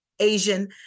Asian